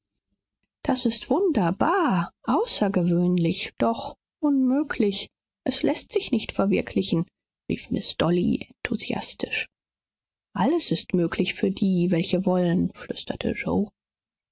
das ist wunderbar außergewöhnlich doch unmöglich es läßt sich nicht verwirklichen rief miß dolly enthusiastisch alles ist möglich für die welche wollen flüsterte yoe